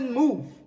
move